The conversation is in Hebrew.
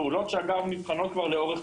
פעולות שאגב נבחנות לאורך